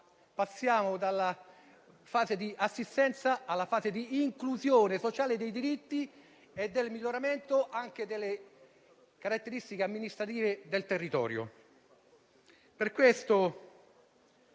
passiamo dalla fase di assistenza alla fase di inclusione sociale, dei diritti e del miglioramento delle caratteristiche amministrative del territorio. Per questo